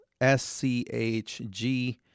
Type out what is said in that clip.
SCHG